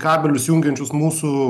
kabelius jungiančius mūsų